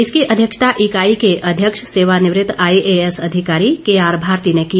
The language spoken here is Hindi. इसकी अध्यक्षता इकाई के अध्यक्ष सेवानिवृत आईएएस अधिकारी केआर भारती ने की